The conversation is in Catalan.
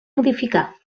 modificar